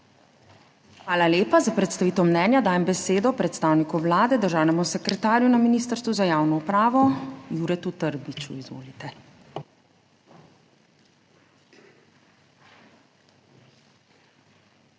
Hvala lepa. Za predstavitev mnenja dajem besedo predstavniku Vlade, državnemu sekretarju na Ministrstvu za javno upravo Juretu Trbiču. Izvolite.